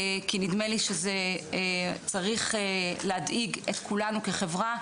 כי נדמה לי שזה צריך להדאיג את כולנו כחברה,